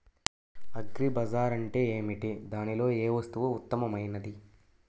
Agri బజార్ అంటే ఏమిటి మరియు దానిలో ఏ వస్తువు ఉత్తమమైనది?